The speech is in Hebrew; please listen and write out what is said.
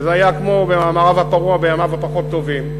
וזה היה כמו במערב הפרוע בימיו הפחות טובים,